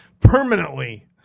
permanently